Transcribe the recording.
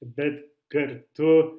bet kartu